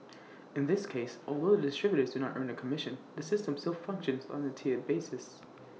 in this case although the distributors do not earn A commission the system still functions on A tiered basis